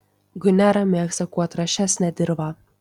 gunera mėgsta kuo trąšesnę dirvą